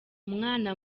umwana